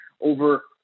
over